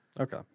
Okay